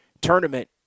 tournament